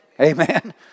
Amen